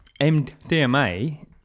MDMA